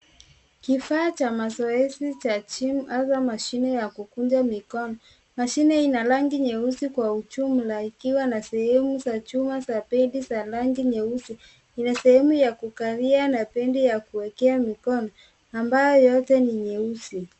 Kifaa cha mazoezi cha gym au mashine ya kukunja mikono. Mashine hii ina rangi nyeusi kwa ujumla ikiwa na sehemu za chuma za pedi za rangi nyeusi . Ina sehemu ya kukalia na pedi ya kuwekea mikono, ambayo yote ni nyeusi.